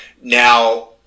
now